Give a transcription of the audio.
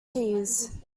teas